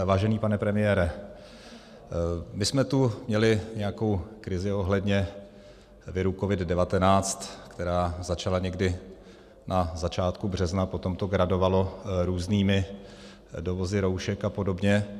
Vážený pane premiére, my jsme tu měli nějakou krizi ohledně viru COVID19, která začala někdy na začátku března, potom to gradovalo různými dovozy roušek a podobně.